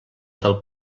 del